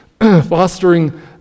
Fostering